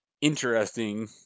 interesting